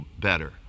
better